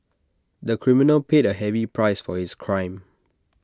the criminal paid A heavy price for his crime